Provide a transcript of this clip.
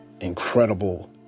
incredible